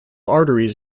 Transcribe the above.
arteries